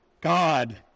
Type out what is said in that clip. God